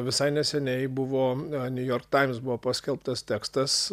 visai neseniai buvo new york times buvo paskelbtas tekstas